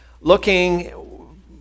looking